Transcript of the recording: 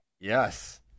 Yes